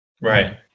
Right